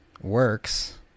works